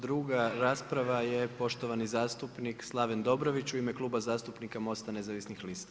Druga rasprava je poštovani zastupnik Slaven Dobrović u ime Kluba zastupnika MOST-a nezavisnih lista.